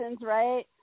right